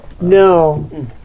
No